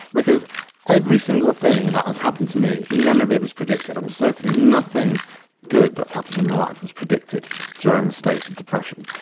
because every single thing that has happened to me, none of it was predicted and certainly nothing good that's happened in my life was predicted during the state of depression.